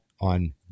on